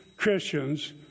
Christians